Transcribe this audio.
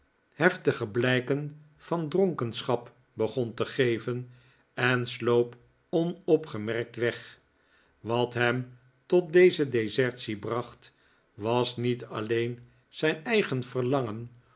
heftige blijken van dronkenschap begon te geven en sloop onopgemerkt weg wat hem tot deze desertie bracht was niet alleen zijn eigen verlangen